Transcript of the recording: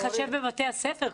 צריך להתחשב גם בבתי הספר,